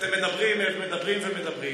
אתם מדברים ומדברים ומדברים,